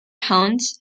hunts